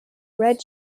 red